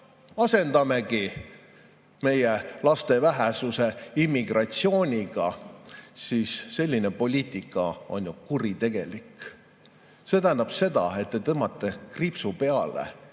asendamegi meie lastevähesuse immigratsiooniga, siis selline poliitika on kuritegelik. See tähendab seda, et te tõmbate kriipsu peale